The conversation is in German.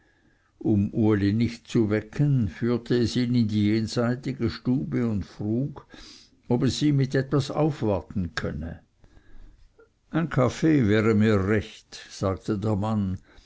um uli nicht zu wecken führte es ihn in die jenseitige stube und frug ob es ihm mit etwas aufwarten könne ein kaffee wäre mir recht sagte der mann